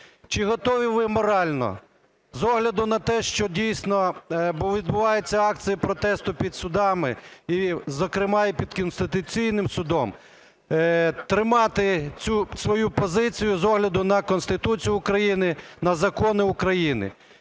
Чи готові ви морально, з огляду на те, що дійсно, бо відбуваються акції протесту під судами і зокрема і під Конституційним Судом, тримати цю свою позицію з огляду на Конституцію України, на закони України?